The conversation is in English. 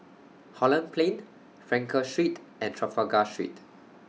Holland Plain Frankel Street and Trafalgar Street